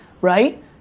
right